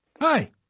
Hi